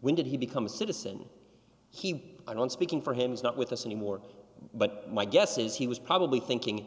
when did he become a citizen he i don't speaking for him it's not with us anymore but my guess is he was probably thinking